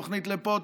תוכנית לפה,